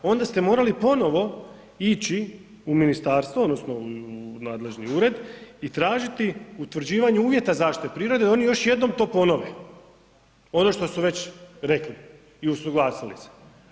Onda ste morali ponovo ići u ministarstvo odnosno u nadležni ured i tražiti utvrđivanje uvjeta zaštite prirode i oni još jednom to ponove ono što su već rekli i usuglasili se.